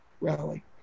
rally